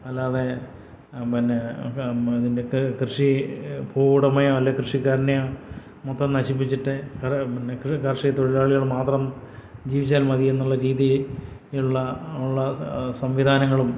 അല്ലാതെ പിന്നെ ഇതിൻ്റെ കൃഷി ഭൂവുടമയോ അല്ലെങ്കിൽ കൃഷിക്കാരനെയോ മൊത്തം നശിപ്പിച്ചിട്ട് പിന്നെ കാർഷികത്തൊഴിലാളികൾ മാത്രം ജീവിച്ചാൽ മതിയെന്നുള്ള രീതിയുള്ള ഉള്ള സംവിധാനങ്ങളും